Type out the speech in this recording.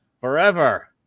Forever